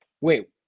wait